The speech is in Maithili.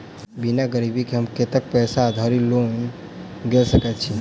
बिना गिरबी केँ हम कतेक पैसा धरि लोन गेल सकैत छी?